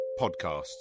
podcasts